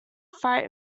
fright